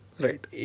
Right